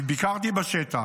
ביקרתי בשטח.